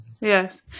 Yes